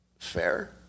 fair